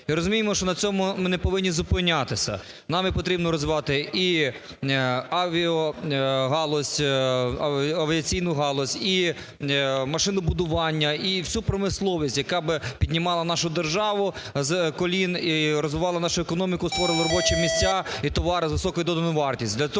розуміємо, що на цьому ми не повинні зупинятися. Нам потрібно розвивати і авіагалузь, авіаційну галузь і машинобудування, і всю промисловість, яка б піднімала нашу державу з колін і розвивала б нашу економіку, створювала робочі місця і товари з високою доданою вартістю.